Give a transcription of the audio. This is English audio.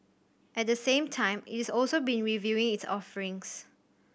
at the same time it is also been reviewing its offerings